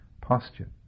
posture